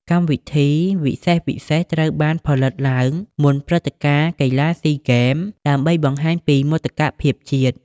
កម្មវិធីពិសេសៗត្រូវបានផលិតឡើងមុនព្រឹត្តិការណ៍ កីឡាស៊ីហ្គេម ដើម្បីបង្ហាញពីមោទកភាពជាតិ។